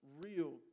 real